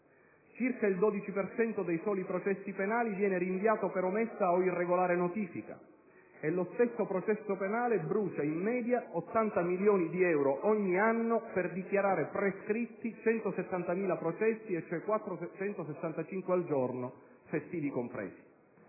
Circa il 12 per cento dei soli processi penali viene rinviato per omessa o irregolare notifica e lo stesso processo penale brucia, in media, 80 milioni di euro ogni anno per dichiarare prescritti 170.000 processi (cioè 465 al giorno, festivi compresi).